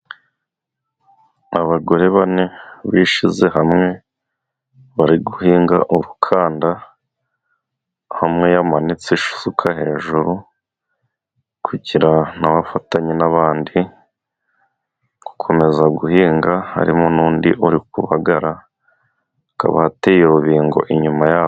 Abagore bane bishize hamwe bari guhinga urukanda, Aho umwe yamanitse isuka hejuru kugirango wafatanye nabandi gukomeza guhinga, harimo n' undi urihagarara, hakaba hateye urubingo inyuma yabo.